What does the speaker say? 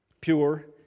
pure